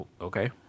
Okay